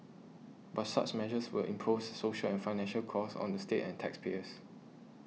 but such measures will impose social and financial costs on the state and taxpayers